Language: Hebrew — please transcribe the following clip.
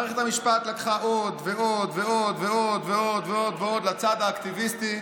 מערכת המשפט הלכה עוד ועוד ועוד ועוד ועוד ועוד ועוד לצד האקטיביסטי,